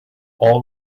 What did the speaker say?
all